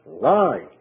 lie